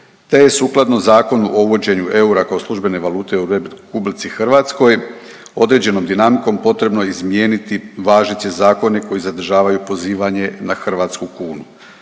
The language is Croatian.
je sukladno Zakonu o uvođenju eura kao službene valute u RH, određenom dinamikom potrebno izmijeniti važeće zakone koji zadržavaju pozivanje na hrvatsku kunu.